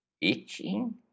Itching